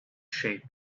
shape